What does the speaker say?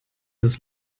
ist